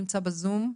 נמצא בזום.